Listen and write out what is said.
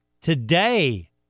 today